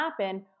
happen